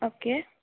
okay